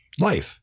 life